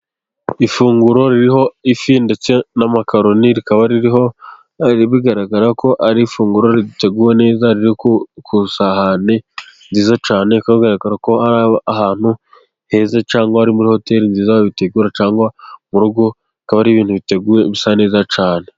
Ifunguro ririho ifi ndetse n'amakaroni, rikaba ririho bigaragara ko ari ifunguro riteguwe neza. Riri ku isahani nziza cyane, bikaba bigaragara ko ari ahantu heza cyane, ari muri hoteri nziza babitegura cyangwa mu rugo, bikaba ari ibintu biteguwe bisa neza cyane.